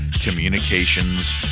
communications